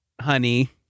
honey